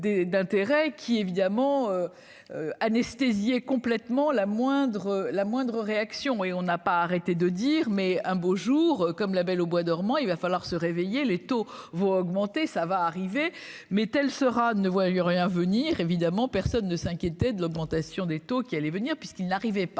Qui évidemment anesthésiée complètement la moindre, la moindre réaction et on n'a pas arrêté de dire mais un beau jour, comme la Belle au bois dormant, il va falloir se réveiller les taux vont augmenter, ça va arriver, mais telle soeur Anne, ne vois rien venir, évidemment, personne ne s'inquiéter de l'augmentation des taux qui allait venir puisqu'il arrivait pas